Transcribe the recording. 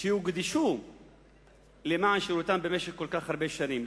שהוקדשו למען שירותם במשך כל כך הרבה שנים,